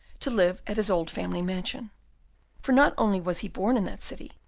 to live at his old family mansion for not only was he born in that city,